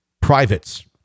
privates